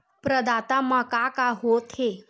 प्रदाता मा का का हो थे?